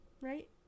right